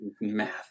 math